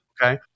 Okay